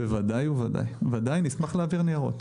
בוודאי, נשמח להעביר ניירות.